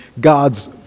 God's